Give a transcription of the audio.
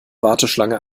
warteschlange